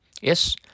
Yes